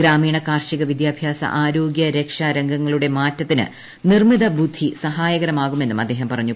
ഗ്രാമീണ കാർഷിക വിദ്യാ ഭ്യാസ ആരോഗ്യരക്ഷ രംഗങ്ങളുടെ മാറ്റത്തിന് നിർമ്മിത ബുദ്ധി സഹായകരമാകുമെന്നും അദ്ദേഹം പറഞ്ഞു